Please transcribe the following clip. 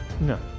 No